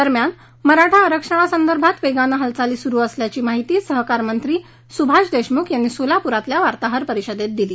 दरम्यान मराठा आरक्षणासंदर्भात वेगानं हालचाली सुरू असल्याची माहिती सहकार मंत्री सुभाष देशमुख यांनी सोलाप्रातल्या वार्ताहर परिषदेत दिली